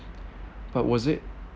but was it